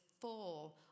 full